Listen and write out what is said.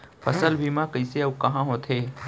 फसल बीमा कइसे अऊ कहाँ होथे?